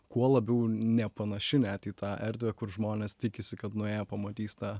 kuo labiau nepanaši net į tą erdvę kur žmonės tikisi kad nuėję pamatys tą